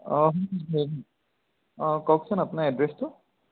অঁ অঁ কওকচোন আপোনাৰ এড্ৰেচটো